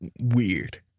weird